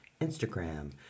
Instagram